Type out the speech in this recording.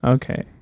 Okay